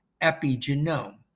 epigenome